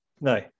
No